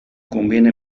conviene